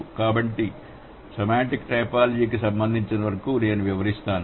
కాబట్టి సెమాంటిక్ టైపోలాజీకి సంబంధించినంతవరకు నేను వివరిస్తాను